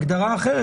הגדרה אחרת,